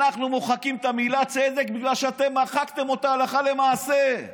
אנחנו מוחקים את המילה "צדק" בגלל שאתם מחקתם אותה הלכה למעשה.